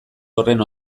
horren